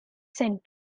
sent